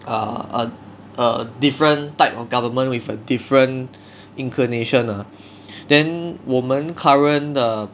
err err a different type of government with a different inclination ah then 我们 current 的